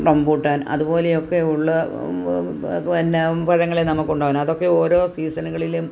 rambutan അതുപോലെയൊക്കെ ഉള്ള വന്ന പഴങ്ങളെ നമുക്ക് ഉണ്ടാവുന്നത് അതൊക്കെ ഓരോ സീസണുകളിലും